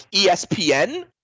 ESPN